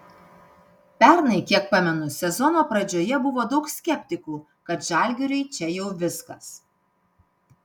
pernai kiek pamenu sezono pradžioje buvo daug skeptikų kad žalgiriui čia jau viskas